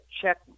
check